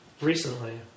recently